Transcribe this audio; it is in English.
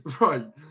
Right